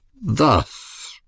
Thus